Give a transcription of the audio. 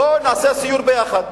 בוא נעשה סיור יחד.